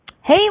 Hey